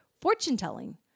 fortune-telling